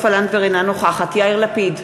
אינה נוכחת יאיר לפיד,